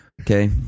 Okay